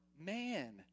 man